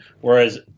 whereas